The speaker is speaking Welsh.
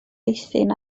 eithin